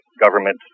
government